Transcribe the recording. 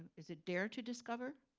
is it dare to discover?